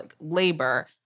labor